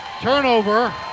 Turnover